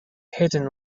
hidden